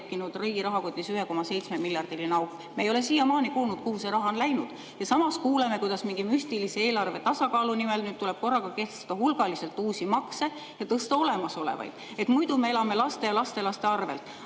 riigi rahakotis 1,7‑miljardiline auk. Me ei ole siiamaani kuulnud, kuhu see raha on läinud, aga samas kuuleme, kuidas mingi müstilise eelarve tasakaalu nimel nüüd tuleb korraga kehtestada hulgaliselt uusi makse ja tõsta olemasolevaid, et muidu me elame laste ja lastelaste arvel.